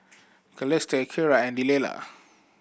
Celeste Kiera and Delila